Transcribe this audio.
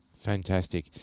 Fantastic